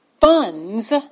funds